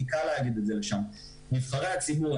קל להגיד את זה לשם נבחרי הציבור,